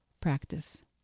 practice